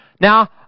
Now